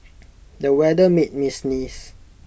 the weather made me sneeze